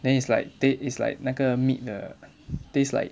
then it's like taste is like 那个 meat 的 taste like